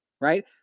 right